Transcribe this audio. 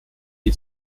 die